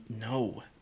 no